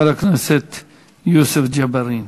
חבר הכנסת יוסף ג'בארין.